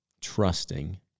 trusting